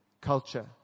culture